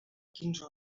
quinze